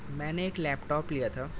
میں نے ایک لیپ ٹاپ لیا تھا